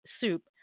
soup